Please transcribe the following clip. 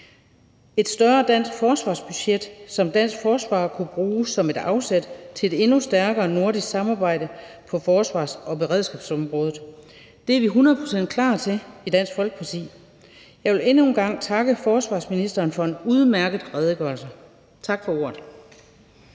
Et større dansk forsvarsbudget, som dansk forsvar kunne bruge som et afsæt til et endnu stærkere nordisk samarbejde på forsvars- og beredskabsområdet, er vi hundrede procent klar til i Dansk Folkeparti. Og jeg vil endnu en gang takke forsvarsministeren for en udmærket redegørelse. Tak for ordet.